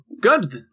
good